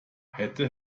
hätte